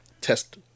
test